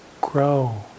grow